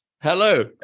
hello